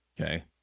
okay